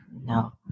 No